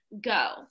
go